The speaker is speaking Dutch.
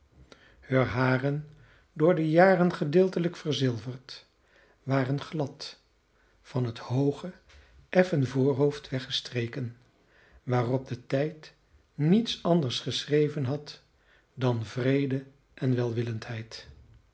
haren door de jaren gedeeltelijk verzilverd waren glad van het hooge effen voorhoofd weggestreken waarop de tijd niets anders geschreven had dan vrede en welwillendheid